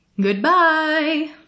Goodbye